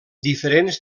diferents